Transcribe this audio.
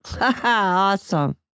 Awesome